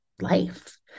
life